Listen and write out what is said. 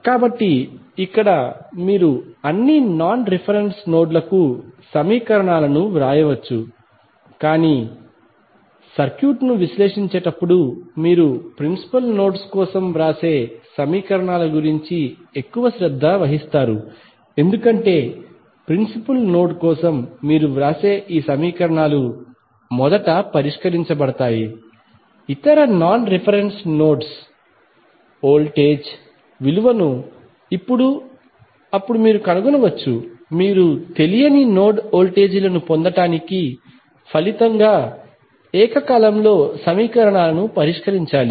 కాబట్టి ఇక్కడ మీరు అన్ని నాన్ రిఫరెన్స్ నోడ్ లకు సమీకరణాలను వ్రాయవచ్చు కాని సర్క్యూట్ ను విశ్లేషించేటప్పుడు మీరు ప్రిన్సిపుల్ నోడ్స్ కోసం వ్రాసే సమీకరణాల గురించి ఎక్కువ శ్రద్ధ వహిస్తారు ఎందుకంటే ప్రిన్సిపుల్ నోడ్ కోసం మీరు వ్రాసే ఈ సమీకరణాలు మొదట పరిష్కరించబడతాయి ఇతర నాన్ రిఫరెన్స్ నోడ్స్ వోల్టేజ్ విలువను ఇప్పుడు అప్పుడు మీరు కనుగొనవచ్చు మీరు తెలియని నోడ్ వోల్టేజ్ లను పొందడానికి ఫలితం గా సైమల్టేనియస్ సమీకరణాలను పరిష్కరించాలి